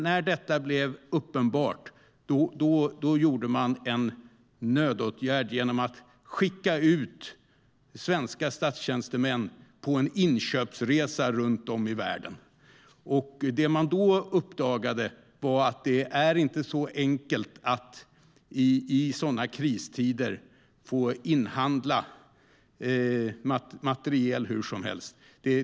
När detta blev uppenbart vidtog man en nödåtgärd genom att skicka ut svenska statstjänstemän på en inköpsresa runt om i världen. Man upptäckte då att det inte är så enkelt att få inhandla materiel hur som helst i kristider.